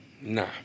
Nah